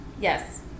Yes